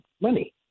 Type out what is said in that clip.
money